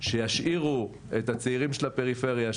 שישאירו את הצעירים של הפריפריה,